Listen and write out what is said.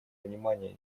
внимание